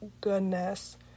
goodness